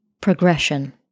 progression